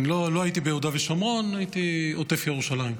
לא הייתי ביהודה ושומרון, הייתי בעוטף ירושלים.